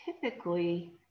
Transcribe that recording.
typically